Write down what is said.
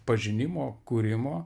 pažinimo kūrimo